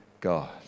God